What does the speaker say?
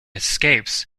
escapes